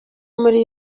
muri